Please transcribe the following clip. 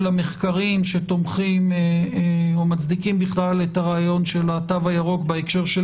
המחקרים שתומכים או בכלל מצדיקים את הרעיון של התו הירוק בהקשר של